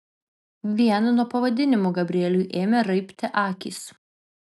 vien nuo pavadinimų gabrieliui ėmė raibti akys